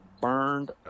burned